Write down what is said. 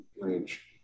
range